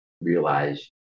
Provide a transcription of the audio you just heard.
realize